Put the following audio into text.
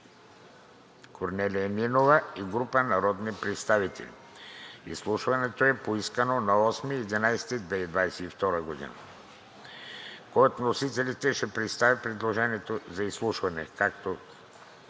Корнелия Нинова и група народни представители. Изслушването е поискано на 8 ноември 2022 г. От вносителите ще представят предложението за изслушване, като